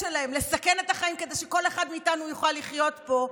שלהם לסכן את החיים כדי של אחד מאיתנו יוכל לחיות פה?